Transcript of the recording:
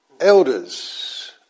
elders